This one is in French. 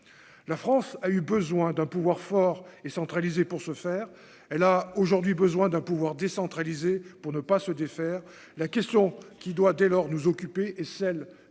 la France a eu besoin d'un pouvoir fort et centralisé, pour ce faire elle a aujourd'hui besoin d'un pouvoir décentralisé pour ne pas se défaire la question qui doit dès lors nous occuper et celle